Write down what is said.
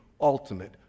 Ultimate